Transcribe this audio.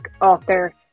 author